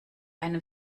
einem